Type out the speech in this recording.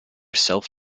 self